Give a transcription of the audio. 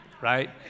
right